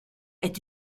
est